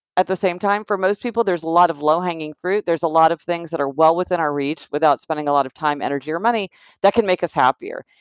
at the same time, for most people there's a lot of low hanging fruit. there's a lot of things that are well within our reach without spending a lot of time, energy or money that can make us happier,